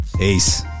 ace